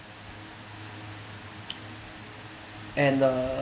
and the